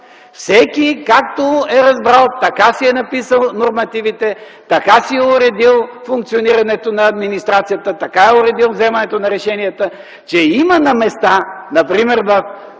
Всеки, както е разбрал, така си е написал нормативите, така си е уредил функционирането на администрацията, така е уредил взимането на решенията. Има на места, например в